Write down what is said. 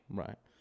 right